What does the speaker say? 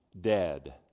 dead